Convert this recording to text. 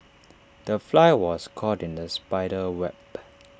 the fly was caught in the spider's web